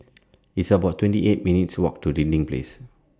It's about twenty eight minutes' Walk to Dinding Place